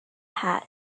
hat